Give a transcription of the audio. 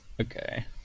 okay